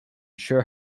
sure